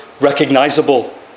recognizable